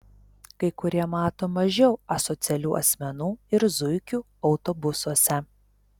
kai kurie mato mažiau asocialių asmenų ir zuikių autobusuose